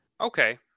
Okay